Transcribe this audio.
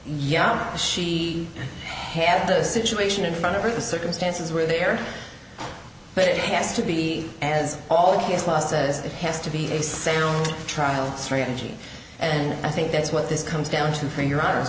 yeah she had the situation in front of her the circumstances where there but it has to be as all this law says it has to be a sale trial strategy and i think that's what this comes down to for your